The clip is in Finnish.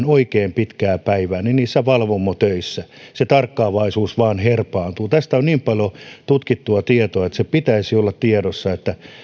oikein pitkää päivää niin niissä valvomotöissä se tarkkaavaisuus vain herpaantuu tästä on niin paljon tutkittua tietoa että sen pitäisi olla tiedossa